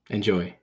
Enjoy